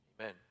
amen